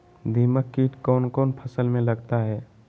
दीमक किट कौन कौन फसल में लगता है?